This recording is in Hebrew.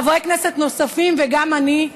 חברי כנסת נוספים וגם אני,